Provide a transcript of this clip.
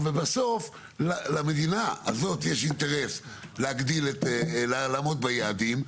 אבל בסוף למדינה הזאת יש אינטרס לעמוד ביעדים,